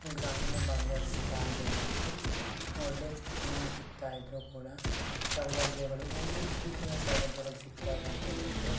ಗ್ರಾಮೀಣ ಭಾಗದಲ್ಲಿರುವಂತಹ ಜನರಿಗೆ ಒಳ್ಳೆಯ ಶಿಕ್ಷಣ ಸಿಗ್ತಾ ಇದ್ದರು ಕೂಡ ಸೌಲಭ್ಯಗಳು ಎಂದು ಇತ್ತೀಚಿನ ಸೌಲಭ್ಯಗಳು ಸಿಗ್ತಾ ಇಲ್ಲ ಅಂತಾನೇ ಹೇಳ್ಬೋದು